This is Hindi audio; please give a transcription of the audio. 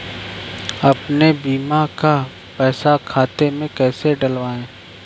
अपने बीमा का पैसा खाते में कैसे डलवाए?